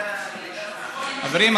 חברים,